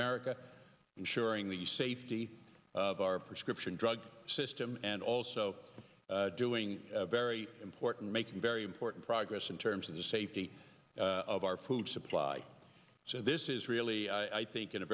america ensuring the safety of our prescription drug system and also doing very important making very important progress in terms of the safety of our food supply so this is real i think in a